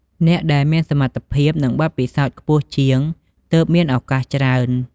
អ្នកដែលមានសមត្ថភាព និងបទពិសោធន៍ខ្ពស់ជាង ទើបមានឱកាសច្រើន។